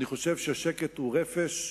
אני חושב ששקט הוא רפש,